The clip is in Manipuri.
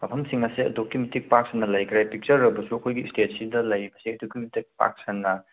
ꯃꯐꯝꯁꯤꯡ ꯑꯁꯦ ꯑꯗꯨꯛꯀꯤ ꯃꯇꯤꯛ ꯄꯥꯛ ꯁꯟꯅ ꯂꯩꯈ꯭ꯔꯦ ꯄꯤꯛꯆꯔꯕꯁꯨ ꯑꯩꯈꯣꯏꯒꯤ ꯏꯁꯇꯦꯠꯁꯤꯗ ꯂꯩꯔꯤꯕꯁꯦ ꯑꯗꯨꯛꯀꯤ ꯃꯇꯤꯛ ꯄꯥꯛ ꯁꯟꯅ